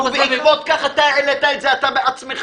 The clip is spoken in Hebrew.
ובעקבות כך אתה העלית את זה, אתה בעצמך.